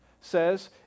says